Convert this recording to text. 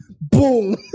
Boom